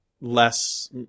less